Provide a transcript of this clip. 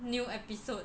new episode